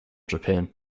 japan